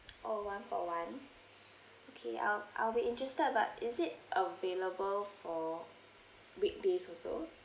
oh one-for-one okay I'll I'll be interested but is it available for weekdays also